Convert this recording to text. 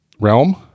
realm